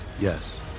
Yes